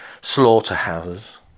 slaughterhouses